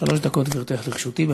שלוש דקות, גברתי, לרשותך.